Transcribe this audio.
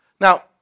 Now